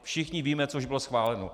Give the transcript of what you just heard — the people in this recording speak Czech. Všichni víme, co už bylo schváleno.